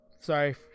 Sorry